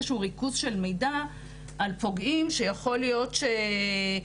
שהוא ריכוז של מידע על פוגעים שיכול להיות ש-,